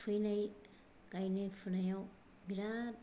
फुहैनाय गायनाय फुनायाव बिरात